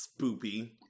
spoopy